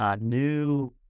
new